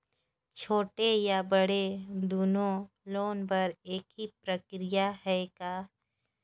छोटे या बड़े दुनो लोन बर एक ही प्रक्रिया है का?